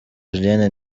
julienne